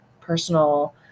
personal